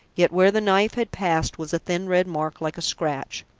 yet where the knife had passed was a thin red mark like a scratch.